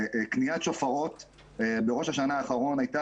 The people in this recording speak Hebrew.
קניית שופרות בראש השנה האחרון הייתה